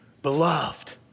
Beloved